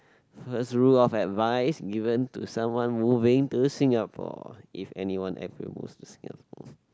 first rule of advice given to someone moving to Singapore if anyone ever move to Singapore